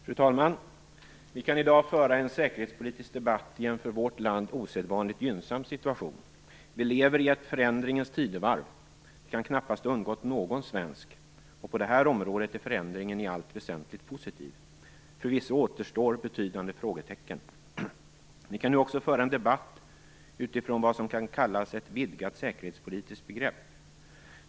Fru talman! Vi kan i dag föra en säkerhetspolitisk debatt i en för vårt land osedvanligt gynnsam situation. Vi lever i ett förändringens tidevarv. Det kan knappast ha undgått någon svensk. På detta område är förändringen i allt väsentligt positiv. Förvisso återstår betydande frågetecken. Vi kan nu också föra en debatt utifrån vad som kallas ett "vidgat säkerhetspolitiskt begrepp".